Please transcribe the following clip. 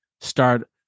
start